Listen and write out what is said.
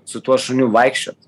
su tuo šuniu vaikščiot